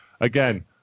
Again